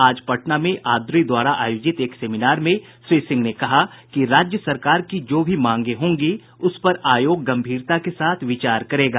आज पटना में आद्री द्वारा आयोजित एक सेमिनार में श्री सिंह ने कहा कि राज्य सरकार की जो भी मांगे होंगी उस पर आयोग गंभीरता के साथ विचार करेगा